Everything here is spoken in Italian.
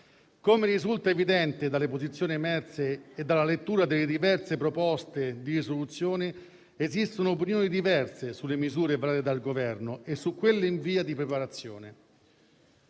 Come risulta evidente dalle posizioni emerse e dalla lettura delle diverse proposte di soluzioni, esistono opinioni differenti sulle misure prese dal Governo e su quelle in via di preparazione.